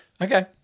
Okay